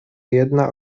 jedna